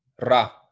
ra